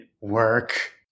work